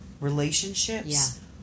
relationships